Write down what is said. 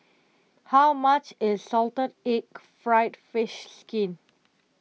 how much is Salted Egg Fried Fish Skin